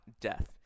death